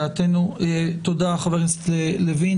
תודה, חבר הכנסת לוין.